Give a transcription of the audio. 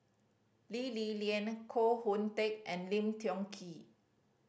Lee Li Lian Koh Hoon Teck and Lim Tiong Ghee